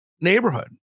neighborhood